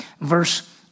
Verse